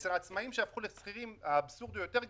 אצל העצמאים שהפכו לשכירים האבסורד הוא יותר גדול,